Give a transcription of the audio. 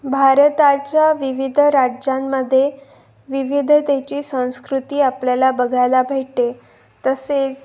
भारताच्या विविध राज्यांमध्ये विविधतेची संस्कृती आपल्याला बघायला भेटते तसेच